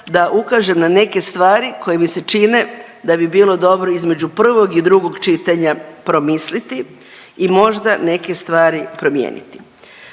da ukažem na neke stvari koje mi se čini koje mi se čine da bi bilo dobro između prvog i drugog čitanja promisliti i možda neke stvari promijeniti.